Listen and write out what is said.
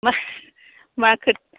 मा माथो